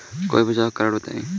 कोई बचाव के कारण बताई?